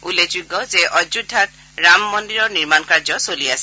উল্লেখযোগ্য যে অযোধ্যাত ৰামমন্দিৰৰ নিৰ্মাণ কাৰ্য চলি আছে